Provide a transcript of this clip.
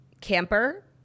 Camper